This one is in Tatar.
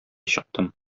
чыктым